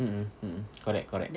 mmhmm mmhmm correct correct